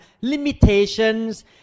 limitations